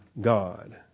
God